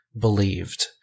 believed